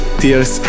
tears